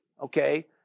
okay